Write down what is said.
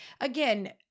again